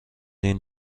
این